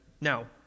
Now